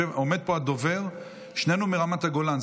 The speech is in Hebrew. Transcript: עומד פה הדובר, שנינו מרמת הגולן.